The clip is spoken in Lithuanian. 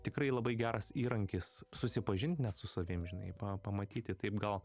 tikrai labai geras įrankis susipažint net su savim žinai pa pamatyti taip gal